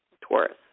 Taurus